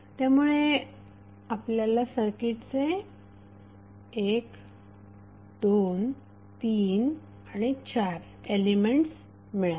त्यामुळे आपल्याला सर्किटचे 1 2 3 आणि 4 एलिमेंट्स मिळाले